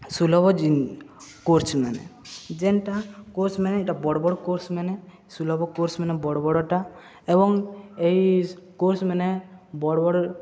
ସୁଲଭ ଜିନ କୋର୍ସମାନେ ଯେନ୍ଟା କୋର୍ସମାନ ଏଇଟା ବଡ଼ ବଡ଼ କୋର୍ସମାନେ ସୁଲଭ କୋର୍ସମାନେ ବଡ଼ ବଡ଼ଟା ଏବଂ ଏଇ କୋର୍ସମାନେ ବଡ଼ ବଡ଼